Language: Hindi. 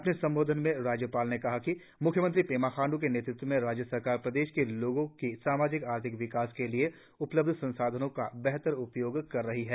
अपने संबोधन में राज्यपाल ने कहा कि म्ख्यमंत्री पेमा खाण्ड्र के नेतृत्व में राज्य सरकार प्रदेश के लोगों के सामाजिक आर्थिक विकास के लिए उपलब्ध संसाधनों का बेहतर उपयोग कर रही है